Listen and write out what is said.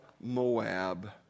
Moab